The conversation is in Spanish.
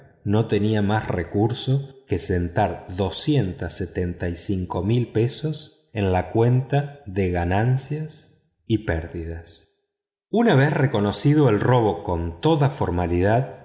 no tenía mas recursos que asentar cincuenta y cinco mil libras en la cuenta de ganancias y de pérdidas una vez reconocido el robo con toda formalidad